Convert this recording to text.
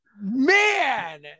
man